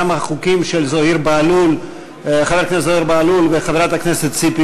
החוקים של חבר הכנסת זוהיר בהלול וחברת הכנסת ציפי